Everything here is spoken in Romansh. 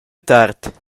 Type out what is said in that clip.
tard